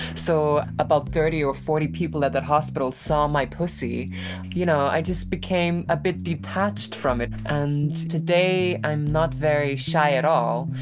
so about thirty or forty people at that hospital saw my pussy and you know i just became a bit detached from it. and today i'm not very shy at all.